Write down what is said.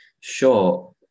Sure